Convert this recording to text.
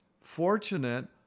fortunate